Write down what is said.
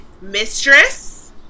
mistress